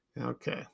Okay